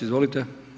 Izvolite.